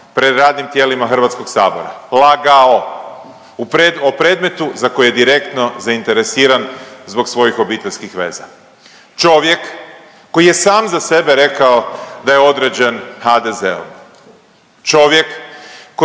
pred radnim tijelima Hrvatskog sabora. Lagao u pred… o predmetu za koji je direktno zainteresiran zbog svojih obiteljskih veza. Čovjek koji je sam za sebe rekao da je određen HDZ-om. Čovjek kojem je